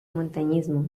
montañismo